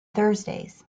thursdays